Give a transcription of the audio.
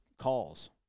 calls